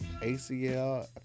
ACL